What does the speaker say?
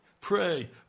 pray